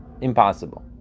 Impossible